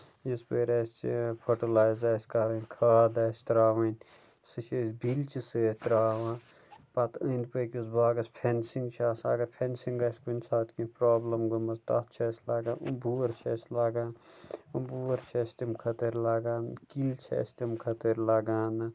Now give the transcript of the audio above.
یِتھٕ پٲٹھۍ اَسہِ فٔٹلایزر آسہِ کَرُن کھاد آسہِ ترٛاون سُہ چھِ أسۍ بِیٖلچہِ سۭتۍ ترٛاوان پَتہٕ أنٛدۍ پٔکھۍ کِس باغَس فینسِنٛگ چھےٚ آسان اَگر فینسَنٛگ آسہِ کُنہِ ساتہٕ کُنہِ پرٛابلٕم گٲمٕژ تَتھ چھِ أسۍ لگان بُہرۍ چھِ أسۍ لگان بُہرۍ چھِ أسۍ تَمہِ خٲطرٕ لگان کِلۍ چھِ أسۍ تَمہِ خٲطرٕ لگان